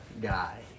guy